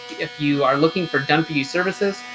if you are looking for done for you services,